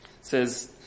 says